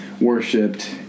worshipped